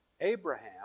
Abraham